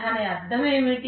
దాని అర్థం ఏమిటి